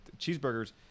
Cheeseburgers